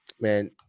Man